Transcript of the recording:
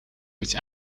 which